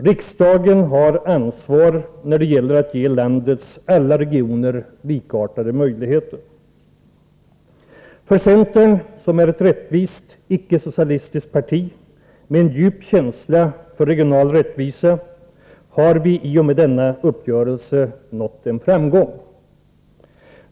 Riksdagen har ansvar för att landets alla regioner ges likartade möjligheter. Centern, som är ett rättvist, icke socialistiskt parti med en djup känsla för regional rättvisa, har i och med denna uppgörelse nått en framgång.